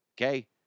okay